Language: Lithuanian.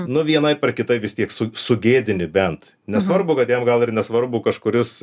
nu vienaip ar kitaip vis tiek su sugėdini bent nesvarbu kad jam gal ir nesvarbu kažkuris